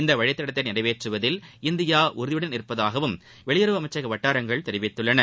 இந்த வழித்தடத்தை நிறைவேற்றுவதில் இந்தியா உறுதியுடன் இருப்பதாகவும் வெளியுறவு அமைச்சக வட்டாரங்கள் தெரிவித்துள்ளன